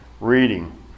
reading